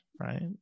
right